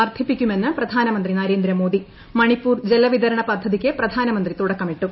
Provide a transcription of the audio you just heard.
വർദ്ധിപ്പിക്കുമെന്ന് പ്രധാനമന്ത്രി നരേന്ദ്ര മോദി മണിപ്പൂർ ജലവിതരണ പദ്ധതിക്ക് പ്രധാനമന്ത്രി തുടക്കമിട്ടു